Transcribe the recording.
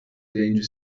danger